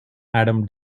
adam